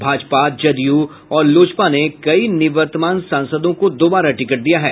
भाजपा जदयू और लोजपा ने कई निवर्तमान सांसदों को दोबारा टिकट दिया है